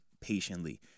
patiently